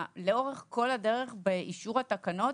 לאורך כל הדרך באישור התקנות